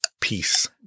Peace